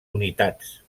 unitats